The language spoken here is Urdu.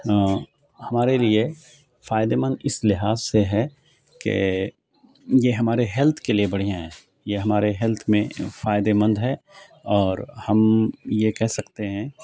ہمارے لیے فائدے مند اس لحاظ سے ہیں کہ یہ ہمارے ہیلتھ کے لیے بڑھیا ہیں یہ ہمارے ہیلتھ میں فائدے مند ہے اور ہم یہ کہہ سکتے ہیں